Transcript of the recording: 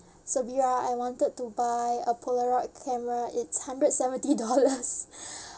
so I wanted to buy a polaroid camera it's hundred seventy dollars